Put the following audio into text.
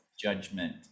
judgment